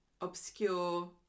obscure